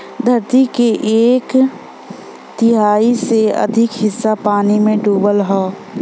धरती के एक तिहाई से अधिक हिस्सा पानी में डूबल हौ